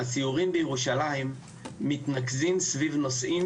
הסיורים בירושלים מתנקזים סביב נושאים